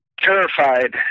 terrified